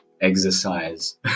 exercise